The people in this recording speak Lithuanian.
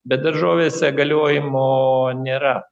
bet daržovėse galiojimo nėra